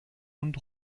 und